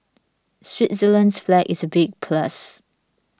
Switzerland's flag is a big plus